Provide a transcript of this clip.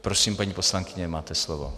Prosím, paní poslankyně, máte slovo.